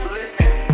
listen